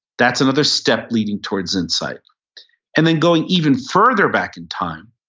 that's another step leading towards insight and then going even further back in time,